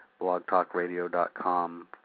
blogtalkradio.com